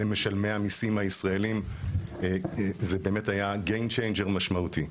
למשלמי המיסים הישראלים זה באמת היה גיים צ'יינג'ר משמעותי.